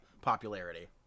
popularity